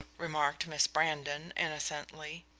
remarked miss brandon, innocently.